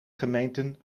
gemeenten